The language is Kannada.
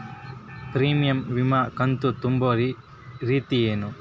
ಪ್ರೇಮಿಯಂ ವಿಮಾ ಕಂತು ತುಂಬೋ ರೇತಿ ಏನು?